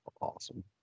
awesome